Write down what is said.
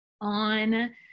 on